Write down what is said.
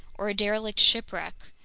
or a derelict shipwreck,